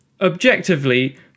objectively